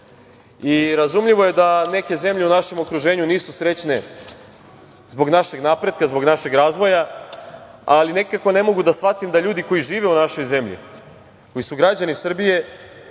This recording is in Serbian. mnogima. Razumljivo je da neke zemlje u našem okruženju nisu srećne zbog našeg napretka, zbog našeg razvoja, ali nikako ne mogu da shvatim da ljudi koji žive u našoj zemlji, koji su građani Srbije